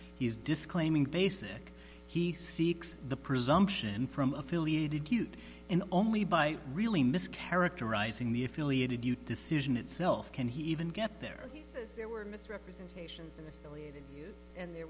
he's disclaiming basic he seeks the presumption from affiliated cute and only by really mischaracterizing the affiliated youth decision itself can he even get there there were misrepresentations and the